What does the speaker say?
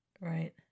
Right